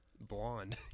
blonde